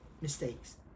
mistakes